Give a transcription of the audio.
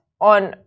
on